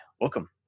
Welcome